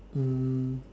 mm